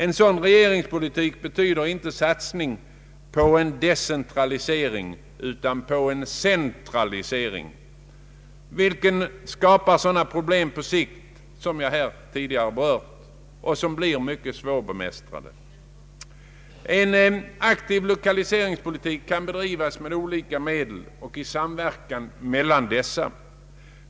En sådan regeringspolitik betyder inte satsning på en decentralisering utan på en centralisering, och den skapar på sikt sådana problem som jag tidigare berört och som blir svåra att bemästra. En aktiv lokaliseringspolitik kan bedrivas med olika medel och i en samverkan mellan dessa.